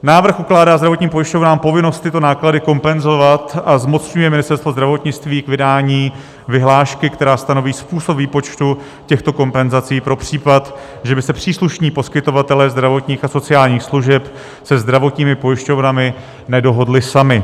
Návrh ukládá zdravotním pojišťovnám povinnost tyto náklady kompenzovat a zmocňuje Ministerstvo zdravotnictví k vydání vyhlášky, která stanoví způsob výpočtu těchto kompenzací pro případ, že by se příslušní poskytovatelé zdravotních a sociálních služeb se zdravotními pojišťovnami nedohodli sami.